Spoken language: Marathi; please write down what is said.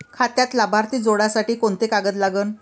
खात्यात लाभार्थी जोडासाठी कोंते कागद लागन?